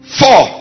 four